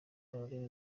rurimi